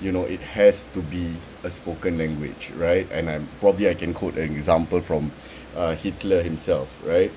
you know it has to be a spoken language right and I'm probably I can quote example from uh hitler himself right